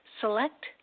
select